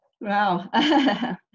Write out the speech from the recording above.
Wow